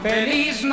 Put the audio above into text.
Feliz